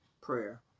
prayer